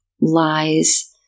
lies